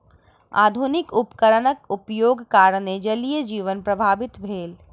आधुनिक उपकरणक उपयोगक कारणेँ जलीय जीवन प्रभावित भेल